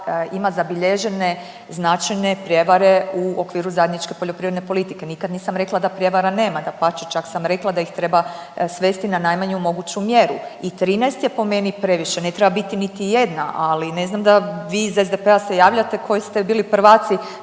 ima zabilježene značajne prijevare u okviru zajedničke poljoprivredne politike. Nikad nisam rekla da prijevara nema. Dapače, čak sam rekla da ih treba svesti na najmanju moguću mjeru. I 13 je po meni previše. Ne treba biti niti jedna, ali ne znam da li vi iz SDP-a se javljate koji ste bili prvaci